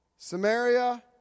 Samaria